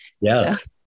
Yes